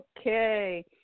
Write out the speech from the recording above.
Okay